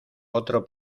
otro